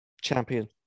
champion